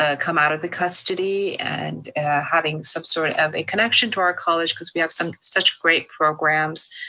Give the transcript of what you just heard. ah come out of the custody and having some sort of a connection to our college cause we have some such great programs